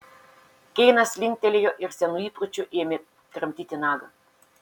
keinas linktelėjo ir senu įpročiu ėmė kramtyti nagą